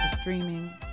streaming